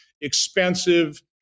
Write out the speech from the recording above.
expensive